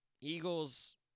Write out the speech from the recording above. Eagles